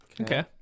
okay